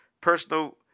personal